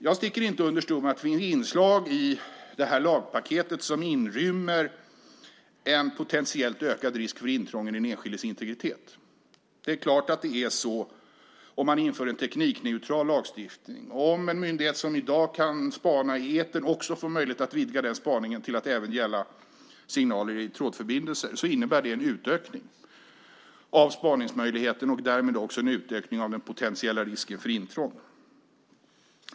Jag sticker inte under stol med att det finns inslag i detta lagpaket som inrymmer en potentiellt ökad risk för intrång i den enskildes integritet. Det är klart att om man inför en teknikneutral lagstiftning så att en myndighet som i dag kan spana i etern också får möjlighet att vidga den spaningen till att även gälla signaler i trådförbindelser innebär det en utökning av spaningsmöjligheten och därmed också en utökning av den potentiella risken för intrång.